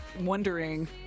wondering